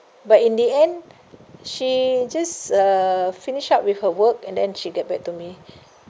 but in the end she just uh finish up with her work and then she get back to me